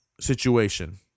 situation